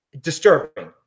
disturbing